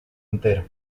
entero